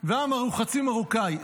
ועמר הוא חצי מרוקאי.